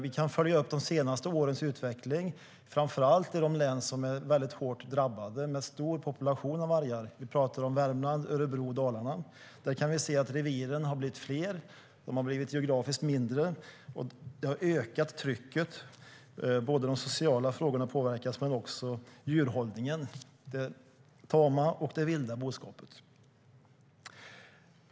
Vi kan följa de senaste årens utveckling, framför allt i de län som är hårt drabbade med en stor population av vargar. Vi pratar om Värmland, Örebro och Dalarna. Där kan vi se att reviren har blivit fler och geografiskt mindre. Det har ökat trycket i sociala frågor och i djurhållningen av både den tama och den vilda boskapen.